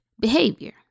behavior